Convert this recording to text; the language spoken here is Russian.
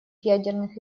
ядерных